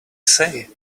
say